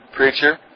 Preacher